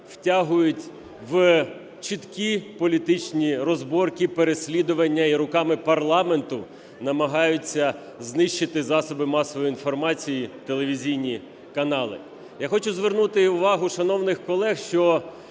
втягують у чіткі політичні розборки, переслідування, і руками парламенту намагаються знищити засоби масової інформації – телевізійні канали. Я хочу звернути увагу шановних колег, що